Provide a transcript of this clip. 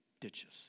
ditches